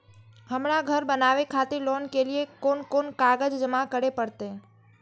हमरा घर बनावे खातिर लोन के लिए कोन कौन कागज जमा करे परते?